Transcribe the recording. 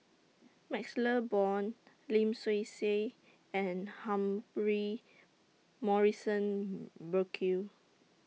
MaxLe Blond Lim Swee Say and Humphrey Morrison Burkill